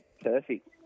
perfect